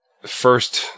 First